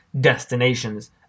destinations